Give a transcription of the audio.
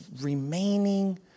remaining